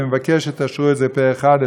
אני מבקש שתאשרו את זה פה-אחד,